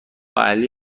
علی